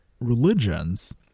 religions